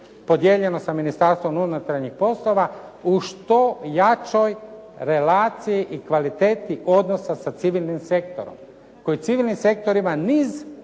podijeljeno sa Ministarstvom unutarnjih poslova u što jačoj relaciji i kvaliteti odnosa sa civilnim sektorom koji civilnim sektorima niz